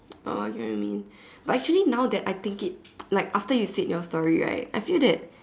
oh I get what you mean but actually now that I think it like after you said your story right I feel that